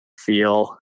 feel